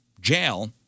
jail